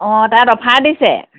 অ' তাত অফাৰ দিছে